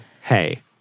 hey